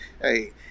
hey